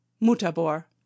Mutabor